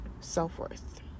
self-worth